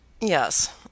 Yes